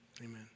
Amen